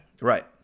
Right